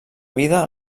vida